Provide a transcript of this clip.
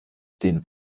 den